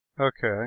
Okay